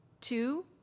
two